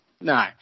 No